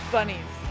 Bunnies